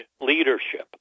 leadership